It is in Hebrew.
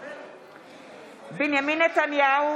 (קוראת בשמות חברי הכנסת) בנימין נתניהו,